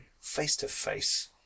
face-to-face